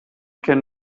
can